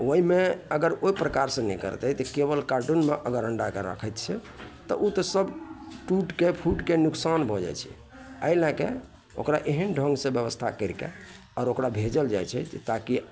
ओहिमे अगर ओहि प्रकार से नहि करतै तऽ केबल कार्टूनमे अगर अंडाके राखैत छियै तऽ ओ तऽ सब टूटके फूटके नुकसान भऽ जाइत छै एहि लैके ओकरा एहन ढङ्ग से बेबस्था करिके आओर ओकरा भेजल जाइत छै जे ताकि